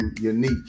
unique